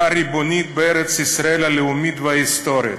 ריבונית בארץ-ישראל הלאומית וההיסטורית".